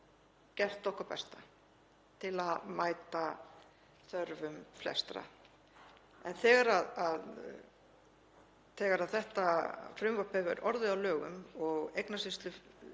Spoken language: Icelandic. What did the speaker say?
gert okkar besta til að mæta þörfum flestra. En þegar þetta frumvarp hefur orðið að lögum og eignaumsýslufélagið